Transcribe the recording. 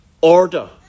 order